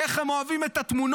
איך הם אוהבים את התמונות,